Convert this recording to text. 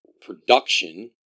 production